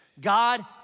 God